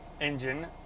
engine